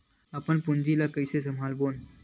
अपन पूंजी ला कइसे संभालबोन?